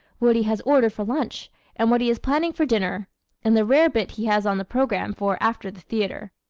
what he has ordered for lunch and what he is planning for dinner and the rarebit he has on the program for after the theater.